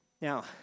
Now